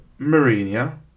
Mourinho